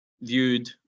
viewed